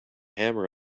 hammer